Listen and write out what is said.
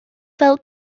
fel